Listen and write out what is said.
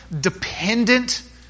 dependent